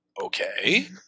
Okay